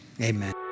amen